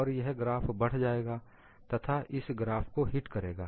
और यह ग्राफ बढ जाएगा तथा इस ग्राफ को हिट करेगा